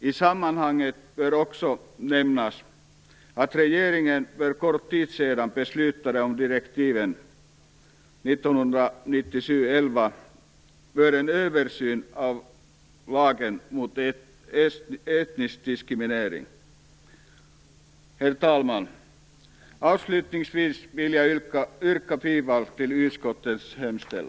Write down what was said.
I sammanhanget bör också nämnas att regeringen för kort tid sedan beslutade om direktiv för en översyn av lagen mot etnisk diskriminering. Herr talman! Avslutningsvis vill jag yrka bifall till utskottets hemställan.